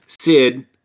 Sid